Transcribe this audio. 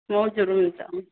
हजुर हुन्छ हुन्छ